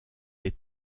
des